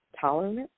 tolerance